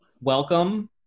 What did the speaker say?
welcome